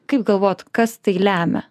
kaip galvojot kas tai lemia